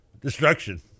destruction